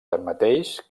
tanmateix